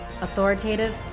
authoritative